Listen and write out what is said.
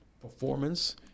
performance